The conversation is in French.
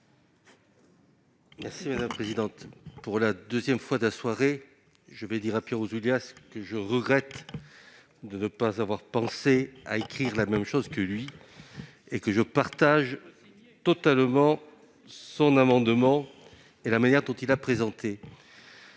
explication de vote. Pour la deuxième fois de la journée, je dis à Pierre Ouzoulias que je regrette de ne pas avoir pensé à écrire la même chose que lui. Je partage totalement son amendement et la manière dont il l'a présenté.